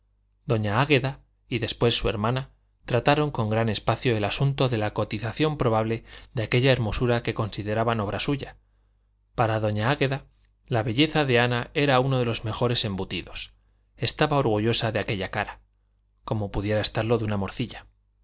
doña águeda y después su hermana trataron con gran espacio el asunto de la cotización probable de aquella hermosura que consideraban obra suya para doña águeda la belleza de ana era uno de los mejores embutidos estaba orgullosa de aquella cara como pudiera estarlo de una morcilla